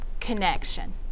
connection